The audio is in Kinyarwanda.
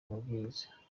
mabwiriza